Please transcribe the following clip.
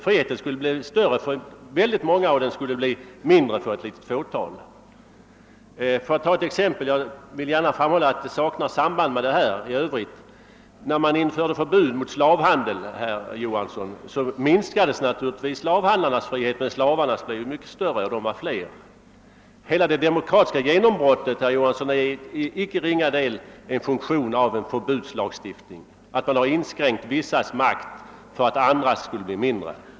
Friheten skulle alltså bli större för väldigt många och mindre för ett litet fåtal. Jag kan ta ett annat exempel — jag vill gärna framhålla att det i övrigt saknar samband med den fråga vi nu diskuterar. När man införde förbud mot slavhandel minskades ju slavhandlarnas frihet men slavarnas blev mycket större, och de var fler. Hela det demokratiska genombrottet, herr Johansson, är till icke ringa del en funktion av en förbudslagstiftning; man har inskränkt vissas makt för att andras skulle bli större.